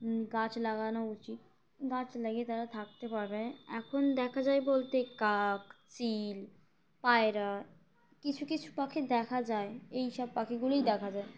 গাছ লাগানো উচিত গাছ লাগিয়ে তারা থাকতে পারবে এখন দেখা যায় বলতে কাক চিল পায়রা কিছু কিছু পাখি দেখা যায় এই সব পাখিগুলিই দেখা যায়